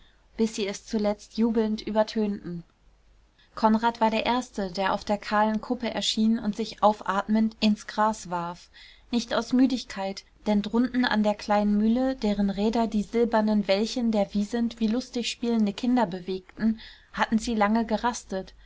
bis sie es zuletzt jubelnd übertönten konrad war der erste der auf der kahlen kuppe erschien und sich aufatmend ins gras warf nicht aus müdigkeit denn drunten an der kleinen mühle deren räder die silbernen wellchen der wiesent wie lustig spielende kinder bewegten hatten sie lange gerastet